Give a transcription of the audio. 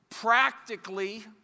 practically